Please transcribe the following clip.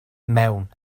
mewn